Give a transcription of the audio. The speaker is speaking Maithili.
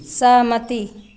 सहमति